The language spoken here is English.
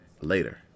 later